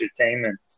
entertainment